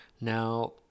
Now